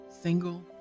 single